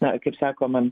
na kaip sakoma